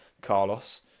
Carlos